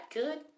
good